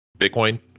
Bitcoin